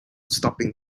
stopping